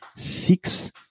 six